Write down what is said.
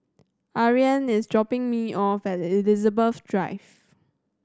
Ariane is dropping me off at Elizabeth Drive